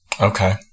Okay